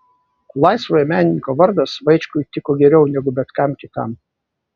laisvojo menininko vardas vaičkui tiko geriau negu bet kam kitam